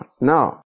Now